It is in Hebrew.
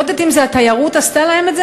לא יודעת אם זו התיירות עשתה להם את זה,